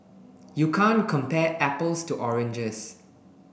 you can't compare apples to oranges